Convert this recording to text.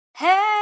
Hey